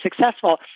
successful